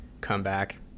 comeback